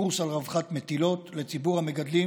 קורס על רווחת מטילות לציבור המגדלים